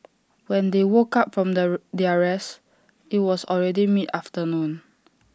when they woke up from their rest IT was already mid afternoon